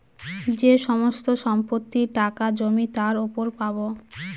যে সমস্ত সম্পত্তি, টাকা, জমি তার উপর পাবো